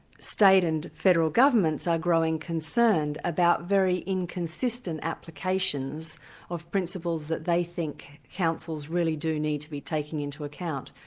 state and federal governments are growing concerned about very inconsistent applications of principles that they think councils really do need to be taking into account.